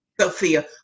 Sophia